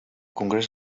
congrés